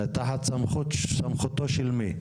תחת סמכותו של מי?